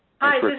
hi,